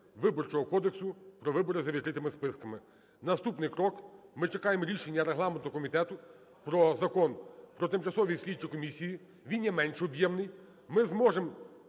Виборчого кодексу про вибори за відкритими списками. Наступний крок. Ми чекаємо рішення регламентного комітету про Закон про тимчасові слідчі комісії. Він є менш об'ємний. Ми зможемо